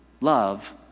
love